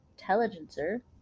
Intelligencer